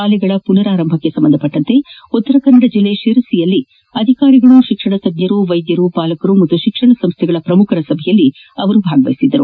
ಶಾಲೆಗಳ ಪುನರಾರಂಭಕ್ಕೆ ಸಂಬಂಧಿಸಿದಂತೆ ಉತ್ತರಕನ್ನಡ ಜಿಲ್ಲೆಯ ಶಿರಸಿಯಲ್ಲಿ ಅಧಿಕಾರಿಗಳು ಶಿಕ್ಷಣ ತಜ್ಞರು ವೈದ್ಯರು ಪಾಲಕರು ಹಾಗೂ ಶಿಕ್ಷಣ ಸಂಸ್ಟೆಗಳ ಪ್ರಮುಖರ ಸಭೆಯಲ್ಲಿ ಅವರು ಮಾತನಾಡಿದರು